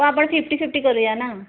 तर आपण fifty fifty करूया ना